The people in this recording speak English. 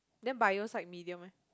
then bio psych medium eh